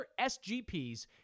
SGPs